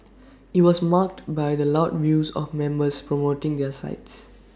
IT was marked by the loud views of members promoting their sides